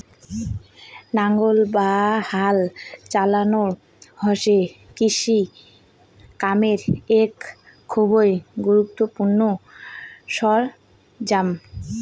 নাঙ্গল বা হাল চালানো হসে কৃষি কামের এক খুবই গুরুত্বপূর্ণ সরঞ্জাম